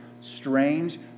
strange